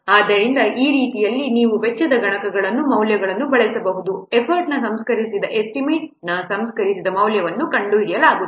ಆದ್ದರಿಂದ ಈ ರೀತಿಯಲ್ಲಿ ನೀವು ವೆಚ್ಚದ ಗುಣಕಗಳ ಮೌಲ್ಯಗಳನ್ನು ಬಳಸಬಹುದು ಎಫರ್ಟ್ನ ಸಂಸ್ಕರಿಸಿದ ಎಸ್ಟಿಮೇಟ್ ನ ಸಂಸ್ಕರಿಸಿದ ಮೌಲ್ಯವನ್ನು ಕಂಡುಹಿಡಿಯಲಾಗುತ್ತದೆ